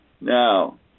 Now